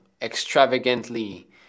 extravagantly